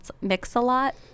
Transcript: Mix-A-Lot